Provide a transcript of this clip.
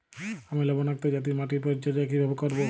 আমি লবণাক্ত জাতীয় মাটির পরিচর্যা কিভাবে করব?